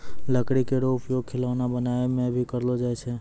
लकड़ी केरो उपयोग खिलौना बनाय म भी करलो जाय छै